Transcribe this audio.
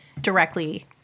directly